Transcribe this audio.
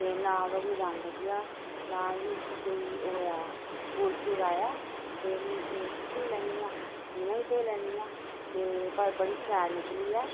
ते ना ओह्दा कोई रंग गेआ ना ही उसी कोई ओह् होएआ बुर शुर आया ते मशीन च बी धोई लैन्नी आं इ'यां बी धोई लैन्नी आं ते पर बड़ी शैल निकली ऐ